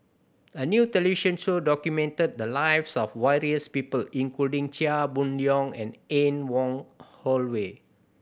a new television show documented the lives of various people including Chia Boon Leong and Anne Wong Holloway